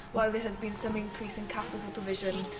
while there has been some increase in capital provision,